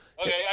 Okay